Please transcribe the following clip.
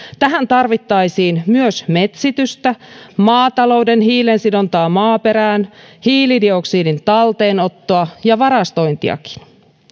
tähän tarvittaisiin myös metsitystä maatalouden hiilen sidontaa maaperään hiilidioksidin talteenottoa ja varastointiakin